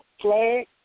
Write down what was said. flag